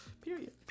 Period